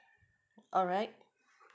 alright